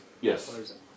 Yes